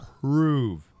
prove